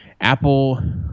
Apple